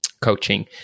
coaching